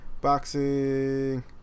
boxing